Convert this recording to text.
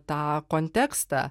tą kontekstą